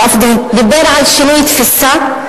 הוא אף דיבר על "שינוי תפיסה",